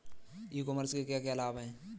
ई commerce के क्या क्या लाभ हैं?